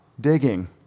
digging